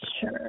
Sure